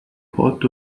port